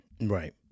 Right